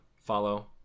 follow